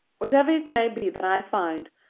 whatever it may be that i find,